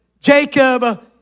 Jacob